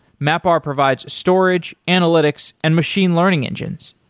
mapr provides storage, analytics and machine learning engines.